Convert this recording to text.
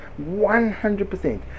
100%